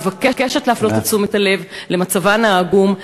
אני מבקשת להפנות את תשומת הלב למצבן העגום,